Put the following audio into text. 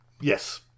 Yes